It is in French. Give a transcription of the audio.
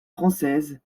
française